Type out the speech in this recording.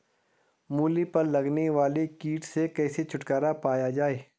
मूली पर लगने वाले कीट से कैसे छुटकारा पाया जाये?